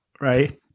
Right